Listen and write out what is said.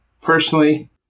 Personally